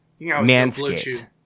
Manscaped